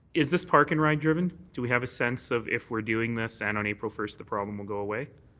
is this park-and-ride driven. do we have a sense of if we're doing this and on april first the problem will go away?